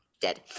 dead